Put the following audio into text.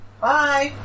Bye